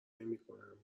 نمیکنم